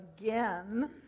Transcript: again